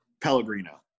Pellegrino